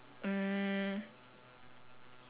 ya in in that sense lah